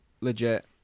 legit